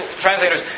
translators